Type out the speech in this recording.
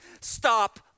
Stop